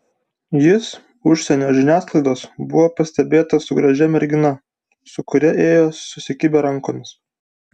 jis užsienio žiniasklaidos buvo pastebėtas su gražia mergina su kuria ėjo susikibę rankomis